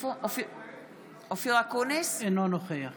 אינו נוכח